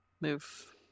Move